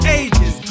ages